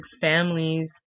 families